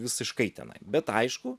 visiškai tenai bet aišku